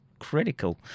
critical